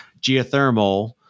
Geothermal